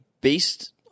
based